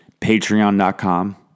Patreon.com